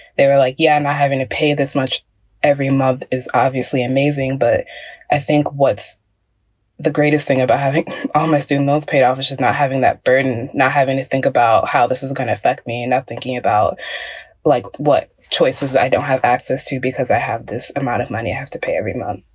they were like, yeah, am i having to pay this much every month? it's obviously amazing. but i think what's the greatest thing about having all my student loans paid off, which is not having that burden, not having to think about how this is going to affect me and thinking about like what choices i don't have access to because i have this amount of money i have to pay every month,